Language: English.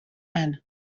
and